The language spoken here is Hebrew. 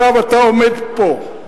עכשיו אתה עומד פה,